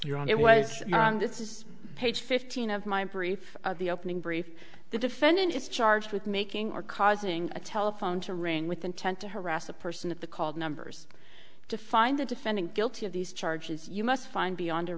you're on it was wrong this is page fifteen of my brief the opening brief the defendant is charged with making or causing a telephone to ring with intent to harass a person of the called numbers to find the defendant guilty of these charges you must find beyond a